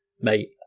mate